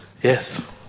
Yes